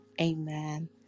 Amen